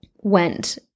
went